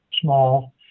small